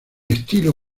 estilo